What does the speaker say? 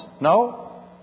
No